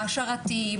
שרתים,